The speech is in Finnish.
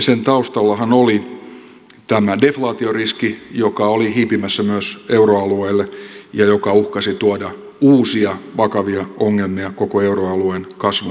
sen taustallahan oli tämä deflaatioriski joka oli hiipimässä myös euroalueelle ja joka uhkasi tuoda uusia vakavia ongelmia koko euroalueen kasvun kannalta